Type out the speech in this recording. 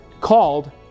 called